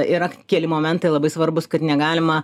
yra keli momentai labai svarbūs kad negalima